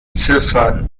ziffern